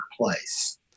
place